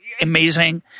amazing